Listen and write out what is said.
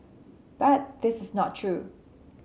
but this is not true